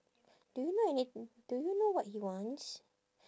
do you know any do you know what he wants